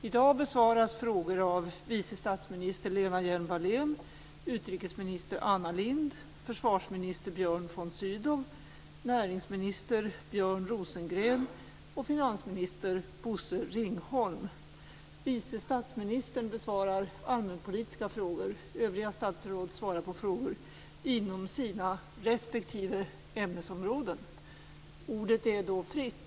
I dag besvaras frågor av vice statsminister Lena Hjelm-Wallén, utrikesminister Anna Lindh, försvarsminister Björn von Sydow, näringsminister Björn Rosengren och finansminister Vice statsministern besvarar allmänpolitiska frågor, övriga statsråd svarar på frågor inom sina respektive ämnesområden. Ordet är fritt.